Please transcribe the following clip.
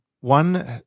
one